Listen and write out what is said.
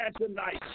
tonight